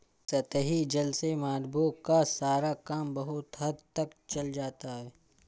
सतही जल से मानवों का सारा काम बहुत हद तक चल जाता है